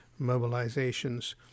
mobilizations